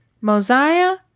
Mosiah